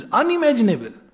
unimaginable